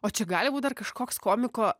o čia gali būt dar kažkoks komiko